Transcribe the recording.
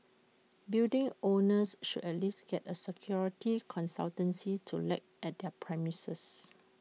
building owners should at least get A security consultancy to look at their premises